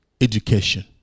education